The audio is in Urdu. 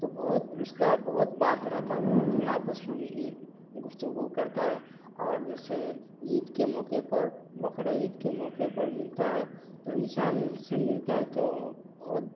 تو بہت اس کا بہت بات رہتا ہے وہ اپنے آپس میں گفتگو کرتا ہے اور جیسے عید کے موقعے پر بقرعید کے موقعے پر ملتا ہے تو انسان اس سے ملتا ہے تو بہت